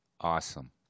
Awesome